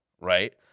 right